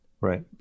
Right